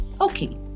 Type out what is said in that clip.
Okay